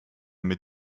mit